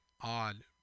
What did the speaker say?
odd